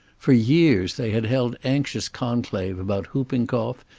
for years they had held anxious conclave about whooping cough,